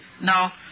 Now